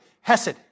hesed